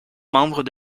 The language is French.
membre